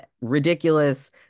ridiculous